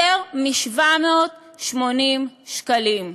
יותר מ-780 שקלים,